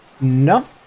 no